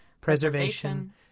preservation